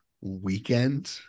weekend